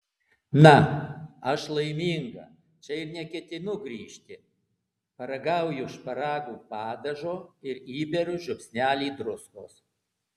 na aš laiminga čia ir neketinu grįžti paragauju šparagų padažo ir įberiu žiupsnelį druskos